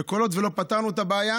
כל עוד לא פתרנו את הבעיה,